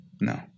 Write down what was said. No